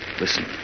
Listen